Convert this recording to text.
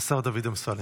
השר דוד אמסלם.